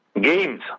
Games